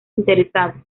interesados